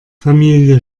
familie